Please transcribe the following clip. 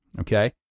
okay